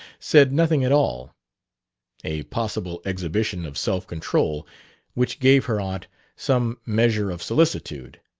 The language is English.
said nothing at all a possible exhibition of self-control which gave her aunt some measure of solicitude.